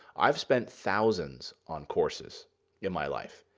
i've spent thousands on courses in my life,